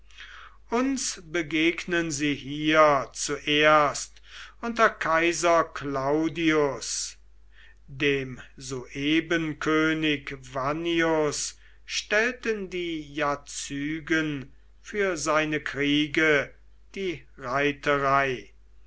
uns begegnen sie hier zuerst unter kaiser claudius dem suebenkönig vannius stellten die jazygen für seine kriege die reiterei